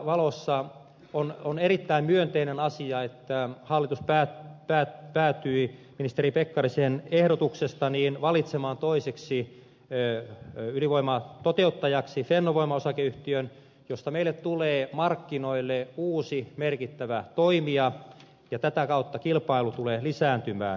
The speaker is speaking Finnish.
tämän valossa on erittäin myönteinen asia että hallitus päätyi ministeri pekkarisen ehdotuksesta valitsemaan toiseksi ydinvoiman toteuttajaksi fennovoima osakeyhtiön josta meille tulee markkinoille uusi merkittävä toimija ja tätä kautta kilpailu tulee lisääntymään